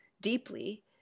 deeply